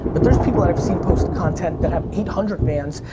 but there's people that i've seen post content that have eight hundred fans,